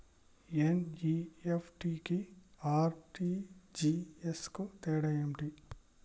NEFT కి RTGS కు తేడా ఏంటిది?